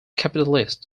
capitalist